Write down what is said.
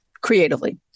creatively